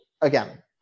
again